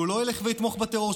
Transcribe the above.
שהוא לא ילך ויתמוך בטרור?